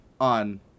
on